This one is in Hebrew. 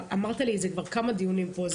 אמרת לי את זה כבר כמה דיונים פה זה